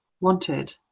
wanted